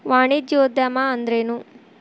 ವಾಣಿಜ್ಯೊದ್ಯಮಾ ಅಂದ್ರೇನು?